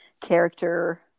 character